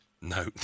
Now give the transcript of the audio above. no